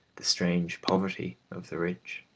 the strange poverty of the rich.